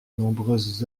nombreuses